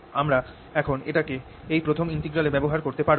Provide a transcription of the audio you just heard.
আমরা এখন এটাকে এই প্রথম ইন্টিগ্রাল এ ব্যবহার করতে পারব